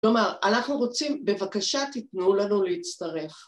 כלומר, אנחנו רוצים, בבקשה תתנו לנו להצטרף.